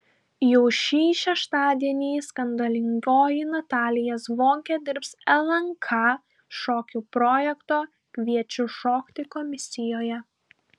jau šį šeštadienį skandalingoji natalija zvonkė dirbs lnk šokių projekto kviečiu šokti komisijoje